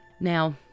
Now